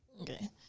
Okay